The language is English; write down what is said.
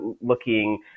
looking